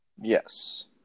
Yes